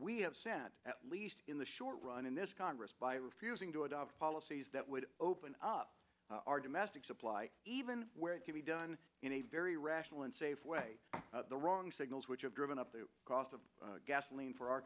we have sent at least in the short run in this congress by refusing to adopt policies that would open up our domestic supply even where it can be done in a very rational and safe way the wrong signals which have driven up the cost of gasoline for our